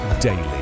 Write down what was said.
daily